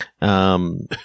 Um-